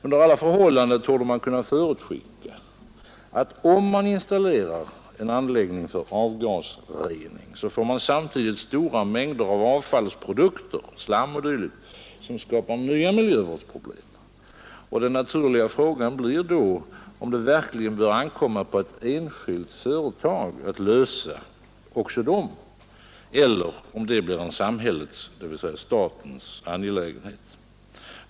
Under alla förhållanden torde man kunna förutskicka att man, om man installerar en anläggning för avgasrening, samtidigt får stora mängder av avfallsprodukter — slam och dylikt — som skapar nya miljövårdsproblem. Den naturliga frågan blir då om det verkligen bör ankomma på ett enskilt företag att lösa också de problemen eller om det blir en samhällets, dvs. statens, angelägenhet.